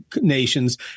nations